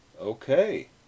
Okay